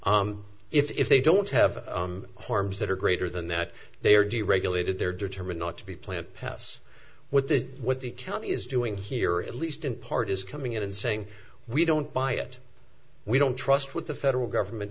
originated if they don't have harms that are greater than that they are deregulated they're determined not to be plant pass with the what the county is doing here at least in part is coming in and saying we don't buy it we don't trust what the federal government